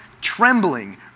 trembling